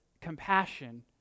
compassion